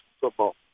football